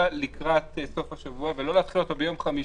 לקראת סוף השבוע ולא להתחיל אות ביום חמישי.